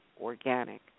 organic